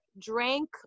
drank